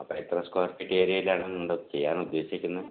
അപ്പോൾ എത്ര square feet ഏരിയയിലാണ് നിങ്ങൾ ചെയ്യാനുദ്ദേശിക്കുന്നത്